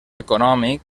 econòmic